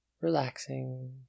relaxing